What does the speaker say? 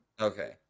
okay